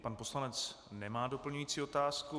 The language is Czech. Pan poslanec nemá doplňující otázku.